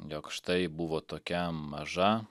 jog štai buvo tokia maža